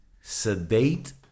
sedate